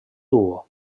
duo